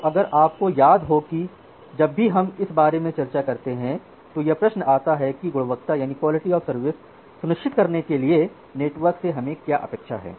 तो अगर आपको याद हो कि जब भी हम इस बारे में चर्चा करते हैं तो यह प्रश्न आता है कि गुणवत्ता सुनिश्चित करने के लिए नेटवर्क से हमारी क्या अपेक्षा है